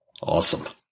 Awesome